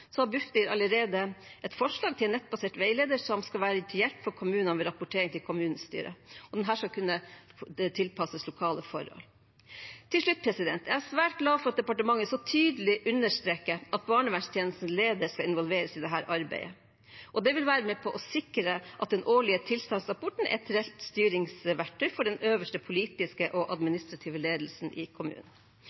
har Bufdir allerede et forslag til en nettbasert veileder som skal være til hjelp for kommunene ved rapportering til kommunestyret. Denne skal kunne tilpasses lokale forhold. Til slutt: Jeg er svært glad for at departementet så tydelig understreker at barnevernstjenestens leder skal involveres i dette arbeidet. Det vil være med på å sikre at den årlige tilstandsrapporten er et reelt styringsverktøy for den øverste politiske og administrative ledelsen i kommunen.